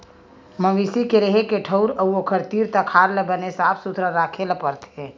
मवेशी के रेहे के ठउर अउ ओखर तीर तखार ल बने साफ सुथरा राखे ल परथे